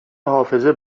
حافظه